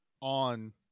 on